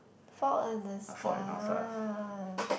Fault-in-the-Stars